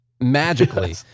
magically